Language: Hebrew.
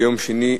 ביום שני,